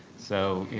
so,